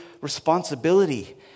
responsibility